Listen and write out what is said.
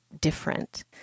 different